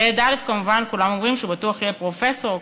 לילד א' כמובן כולם אומרים שבטוח הוא יהיה פרופסור,